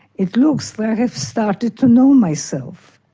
it looks like i have started to know myself.